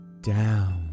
Down